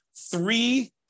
three